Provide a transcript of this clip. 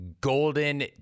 Golden